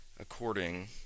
according